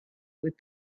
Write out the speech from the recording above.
with